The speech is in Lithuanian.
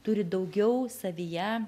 turi daugiau savyje